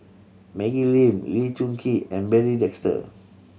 Maggie Lim Lee Choon Kee and Barry Desker